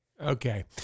Okay